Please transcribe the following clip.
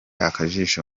akajisho